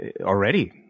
already